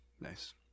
Nice